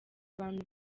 abantu